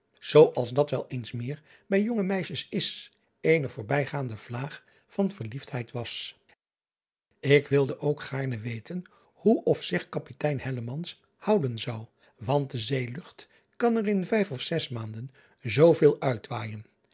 als dat wel eens meer bij jonge meisjes is eene voorbijgaande vlaag van verliefdheid was k wilde ook gaarne weten hoe of zich apitein houden zou want de zeelucht kan er in vijf of zes maanden zooveel uitwaaijen